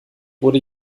wurde